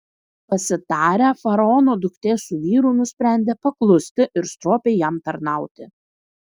pasitarę faraono duktė su vyru nusprendė paklusti ir stropiai jam tarnauti